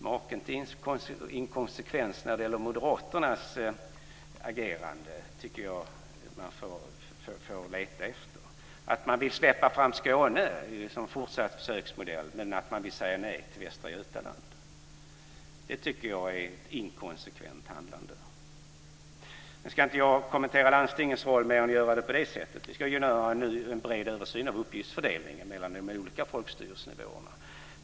Maken till inkonsekvens när det gäller Moderaternas agerande tycker jag att man får leta efter. Att man vill släppa fram Skåne som fortsatt försöksmodell men säger nej till Västra Götaland tycker jag är ett inkonsekvent handlande. Nu ska jag inte kommentera landstingens roll på det här sättet. Vi ska ha en bred översyn av uppgiftsfördelningen mellan de olika folkstyrelsenivåerna.